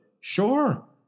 Sure